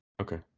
okay